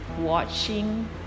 watching